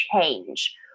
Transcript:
change